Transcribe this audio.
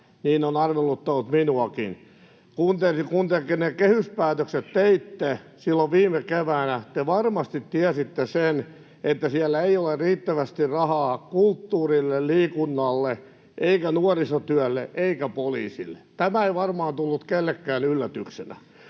niin on arveluttanut minuakin. Kun te ne kehyspäätökset teitte silloin viime keväänä, te varmasti tiesitte sen, että siellä ei ole riittävästi rahaa kulttuurille, liikunnalle, nuorisotyölle eikä poliisille. Tämä ei varmaan tullut kellekään yllätyksenä.